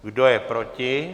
Kdo je proti?